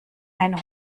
ein